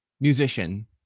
musician